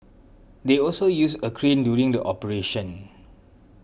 they also used a crane during the operation